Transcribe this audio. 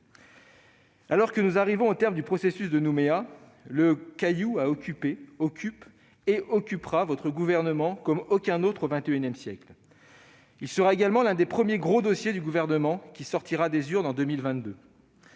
Alors que nous arrivons au terme du processus de Nouméa, le Caillou a occupé, occupe et occupera votre gouvernement, monsieur le ministre, comme aucun autre au XXI siècle. Il sera également l'un des premiers gros dossiers du gouvernement qui sortira des urnes en 2022.